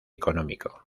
económico